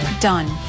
done